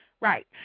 right